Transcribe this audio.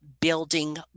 building